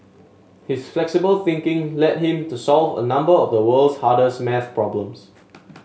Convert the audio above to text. his flexible thinking led him to solve a number of the world's hardest maths problems